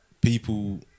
people